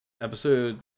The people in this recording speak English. episode